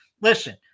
Listen